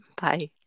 Bye